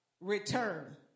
Return